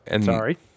Sorry